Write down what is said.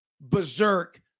berserk